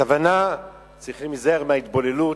הכוונה, צריך להיזהר מהתבוללות.